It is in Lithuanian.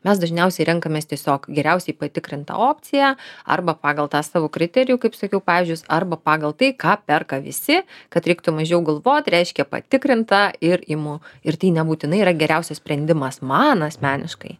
mes dažniausiai renkamės tiesiog geriausiai patikrintą opciją arba pagal tą savo kriterijų kaip sakiau pavyzdžius arba pagal tai ką perka visi kad reiktų mažiau galvot reiškia patikrinta ir imu ir tai nebūtinai yra geriausias sprendimas man asmeniškai